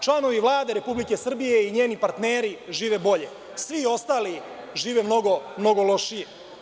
Članovi Vlade Republike Srbije i njeni partneri žive bolje, svi ostali žive mnogo, mnogo lošije.